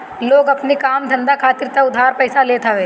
लोग अपनी काम धंधा खातिर तअ उधार पइसा लेते हवे